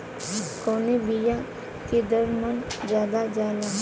कवने बिया के दर मन ज्यादा जाला?